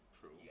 True